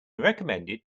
recommended